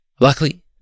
Luckily